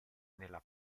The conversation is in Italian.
nella